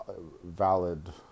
valid